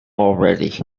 already